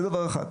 זה דבר אחד.